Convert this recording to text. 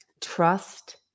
trust